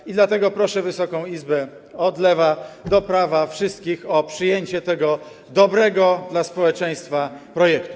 I dlatego proszę Wysoką Izbę, od lewa do prawa, wszystkich, o przyjęcie tego dobrego dla społeczeństwa projektu.